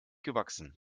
gewachsen